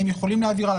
האם יכולים להעביר הלאה,